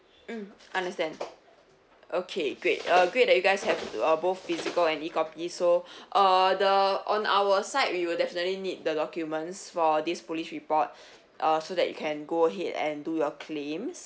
mm understand okay great uh great that you guys have uh both physical and e copy so uh the on our side we will definitely need the documents for this police report uh so that you can go ahead and do your claims